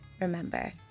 remember